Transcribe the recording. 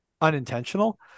unintentional